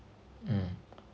mm